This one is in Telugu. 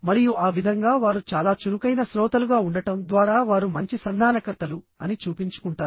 మరియు ఆ విధంగా వారు చాలా చురుకైన శ్రోతలుగా ఉండటం ద్వారా వారు మంచి సంధానకర్తలు అని చూపించుకుంటారు